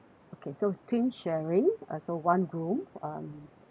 okay so it's twin sharing also one room um